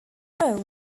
roll